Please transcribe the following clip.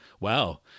wow